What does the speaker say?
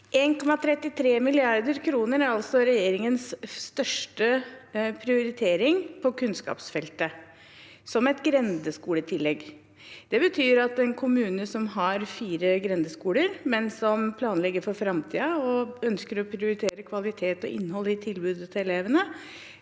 (H) Regjeringens største prioritering på kunnskapsfeltet er altså 1,33 mrd. kr, som et grendeskoletillegg. Det betyr at en kommune som har fire grendeskoler, men som planlegger for framtiden og ønsker å prioritere kvalitet og innhold i tilbudet til elevene,